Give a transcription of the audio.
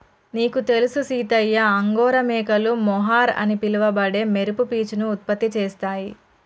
నీకు తెలుసు సీతయ్య అంగోరా మేకలు మొహర్ అని పిలవబడే మెరుపు పీచును ఉత్పత్తి చేస్తాయి